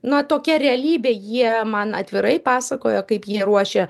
na tokia realybė jie man atvirai pasakojo kaip jie ruošia